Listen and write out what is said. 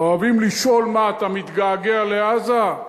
אוהבים לשאול: מה, אתה מתגעגע לעזה?